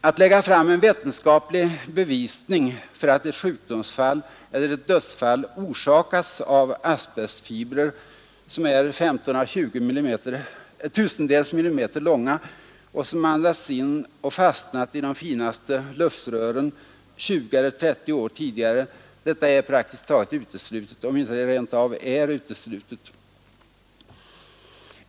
Att lägga fram en vetenskaplig bevisning för att ett sjukdomsfall eller ett dödsfall orsakats av asbestfibsom andats in och fastnat i de finaste luftrören 20 eller 30 år tidigare, är praktiskt taget rer, som är 15 å 20 tusendels millimeter långa och uteslutet.